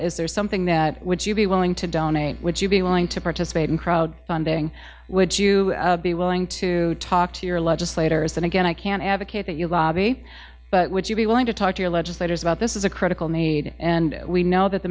is there something that would you be willing to donate would you be willing to participate in crowd funding would you be willing to talk to your legislators and again i can't advocate that you lobby but would you be willing to talk to your legislators about this is a critical need and we know that the